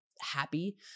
happy